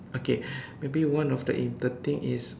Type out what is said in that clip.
okay maybe one of the in the thing is